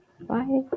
Bye